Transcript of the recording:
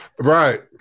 Right